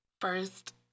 First